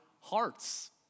hearts